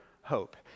hope